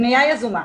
פנייה יזומה.